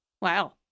Wow